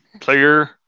player